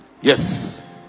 Yes